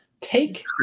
take